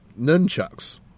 nunchucks